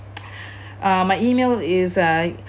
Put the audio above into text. uh my email is uh